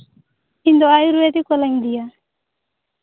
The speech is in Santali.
ᱤᱧ ᱫᱚ ᱟᱭᱩᱨᱵᱮᱫᱤᱠ ᱵᱟᱞᱟᱧ ᱤᱫᱤᱭᱟ